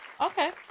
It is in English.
okay